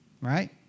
right